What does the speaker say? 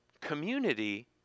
community